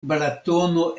balatono